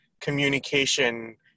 communication